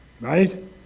Right